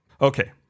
Okay